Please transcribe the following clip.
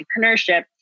entrepreneurship